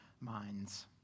minds